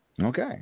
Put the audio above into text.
Okay